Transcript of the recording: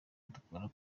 dukora